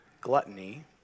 gluttony